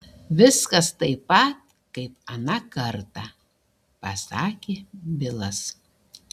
viskas taip pat kaip aną kartą pasakė bilas